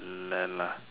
lend